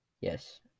yes